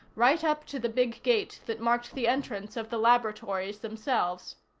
right up to the big gate that marked the entrance of the laboratories themselves.